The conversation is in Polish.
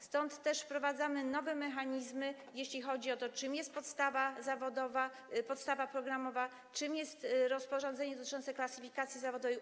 Stąd też wprowadzamy nowe mechanizmy, jeśli chodzi o to, czym jest podstawa programowa, czym jest rozporządzenie dotyczące klasyfikacji zawodowej.